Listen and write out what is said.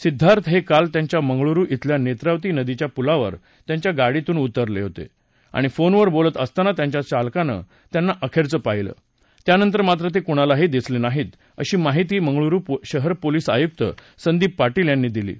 सिद्धार्थ हे काल त्याच्या मंगळुरु बेल्या नेत्रावती नदिच्या पुलावर त्यांच्या गाडीतून उतरले होते आणि फोनवर बोलत असताना त्यांच्या चालकांनं त्यांना अखेरचं पाहिलं त्यानंतर मात्र ते कुणालाही दिसले नाहीत अशी माहिती मंगळुरु शहर पोलीस आयुक्त संदीप पाटील यांनी दिली आहे